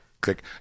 Click